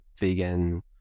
vegan